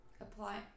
Apply